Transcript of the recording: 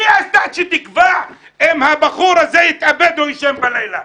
מי אתה שתקבע אם הבחור הזה יתאבד או יישן בלילה?